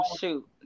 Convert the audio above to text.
shoot